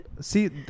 See